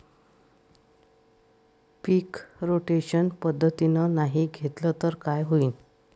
पीक rotation पद्धतीनं नाही घेतलं तर काय होईन?